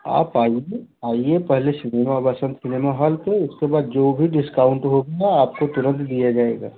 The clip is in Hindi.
आप आइए आइए पहले सिनेमा वसंत सिनेमा हाॅल पर उसके बाद जो भी डिस्काउंट होगा आपको तुरंत दिया जाएगा